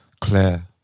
claire